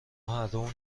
هردومون